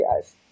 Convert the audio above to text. guys